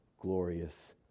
glorious